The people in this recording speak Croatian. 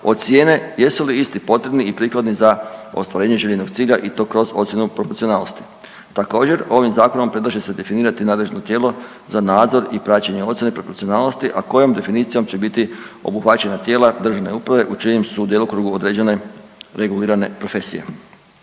ocijene jesu li isti potrebni i prikladni za ostvarenje željenog cilja i to kroz ocjenu proporcionalnosti. Također, ovim Zakonom predlaže se definirati nadležno tijelo za nadzor i praćenje ocjene proporcionalnosti, a kojom definicijom će biti obuhvaćena tijela državne uprave u čijem su djelokrugu uređene regulirane profesije.